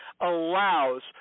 allows